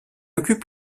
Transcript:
occupe